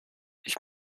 ich